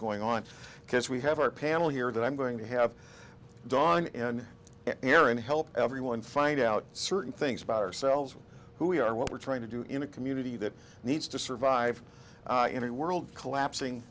going on because we have our panel here that i'm going to have dawn and erin to help everyone find out certain things about ourselves who we are what we're trying to do in a community that needs to survive in a world collapsing